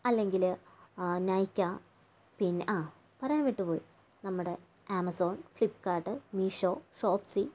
അല്ലെങ്കിൽ നൈക്ക പിന്നെ ആ പറയാൻ വിട്ടുപോയി നമ്മുടെ ആമസോൺ ഫ്ലിപ്കാർട്ട് മീഷോ ഷോപ്സി